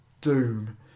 doom